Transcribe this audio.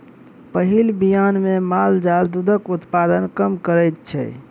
पहिल बियान मे माल जाल दूधक उत्पादन कम करैत छै